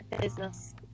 business